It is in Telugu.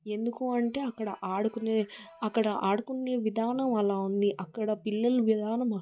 ఎందుకు అంటే అక్కడ ఆడుకునే అక్కడ ఆడుకునే విధానం అలా ఉంది అక్కడ పిల్లలు విధానం